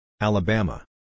Alabama